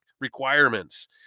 requirements